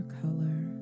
color